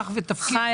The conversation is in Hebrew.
המשפט.